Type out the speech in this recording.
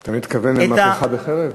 אתה מתכוון למהפכה בחרב?